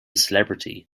celebrity